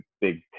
big